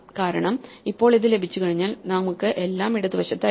കാരണം ഇപ്പോൾ ഇത് ലഭിച്ചുകഴിഞ്ഞാൽ നമുക്ക് എല്ലാം ഇടതുവശത്തായിരിക്കും